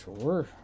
sure